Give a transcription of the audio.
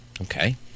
Okay